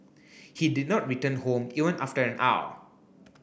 he did not return home even after an hour